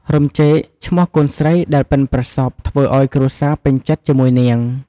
រំចេក ឈ្មោះកូនស្រីដែលពិនប្រសប់ធ្វើអោយគ្រួសារពេញចិត្តជាមួយនាង។